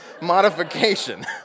modification